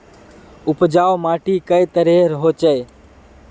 उपजाऊ माटी कई तरहेर होचए?